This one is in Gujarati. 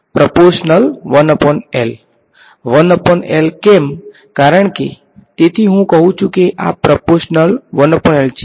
પ્રપોર્શનલ 1L 1L કેમ કારણકે તેથી હું કહું છું કે આ પ્રપોર્શનલ 1L છે